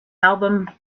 album